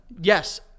Yes